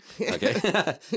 Okay